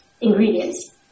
ingredients